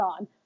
on